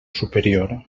superior